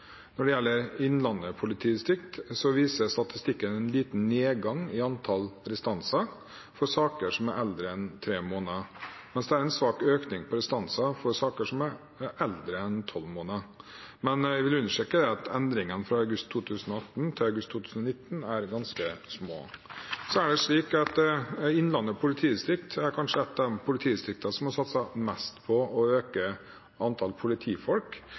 Når det gjelder Innlandet politidistrikt, viser statistikken en liten nedgang i antall restanser for saker som er eldre enn tre måneder, mens det er en svak økning i restanser for saker som er eldre enn tolv måneder. Men jeg understreker at endringene fra august 2018 til august 2019 er ganske små. Innlandet politidistrikt er kanskje ett av de politidistriktene som har satset mest på å øke antall politifolk.